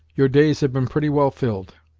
your days have been pretty well filled.